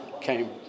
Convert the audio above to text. came